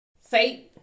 Say